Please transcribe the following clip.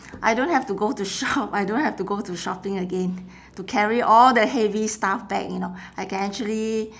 I don't have to go to shop I don't have to go to shopping again to carry all the heavy stuff back you know I can actually